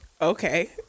Okay